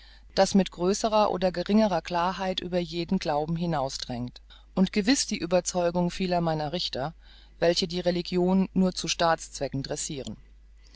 das mit größerer oder geringerer klarheit über jenen glauben hinausdrängt und gewiß die überzeugung vieler meiner richter welche die religion nur zu